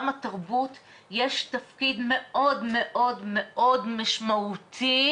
התרבות יש תפקיד מאוד מאוד מאוד משמעותי,